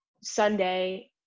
Sunday